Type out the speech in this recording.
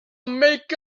make